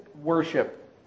worship